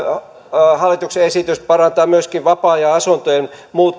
tämä hallituksen esitys parantaa myöskin vapaa ajanasuntojen